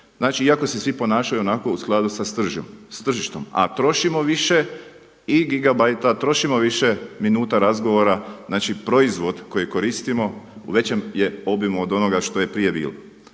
Znači iako se ponašaju svi u skladu sa tržištem. A trošimo više i gigabajta, trošimo više minuta razgovora. Znači proizvod koji koristimo u većem je obimu od onoga što je prije bilo.